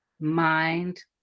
mind